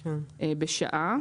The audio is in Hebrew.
בשעה.